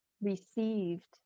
received